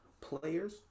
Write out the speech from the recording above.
Players